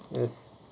yes